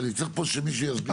אני צריך פה שמישהו יסביר.